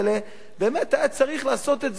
באמת היה צריך לעשות את זה בשטח,